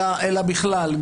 אלא בכלל,